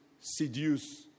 seduce